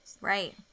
Right